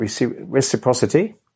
reciprocity